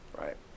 right